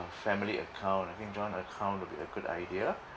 family account I think joint account will be a good idea